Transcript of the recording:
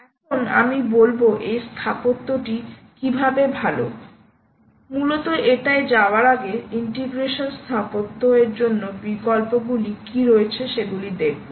এখন আমি বলব এই স্থাপত্য টি কীভাবে ভাল মূলত এটায় যাওয়ার আগে ইন্টিগ্রেশন স্থাপত্য এর জন্য বিকল্পগুলি কী রয়েছে সেগুলি দেখব